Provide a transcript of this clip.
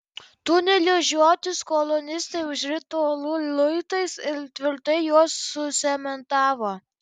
tunelio žiotis kolonistai užrito uolų luitais ir tvirtai juos sucementavo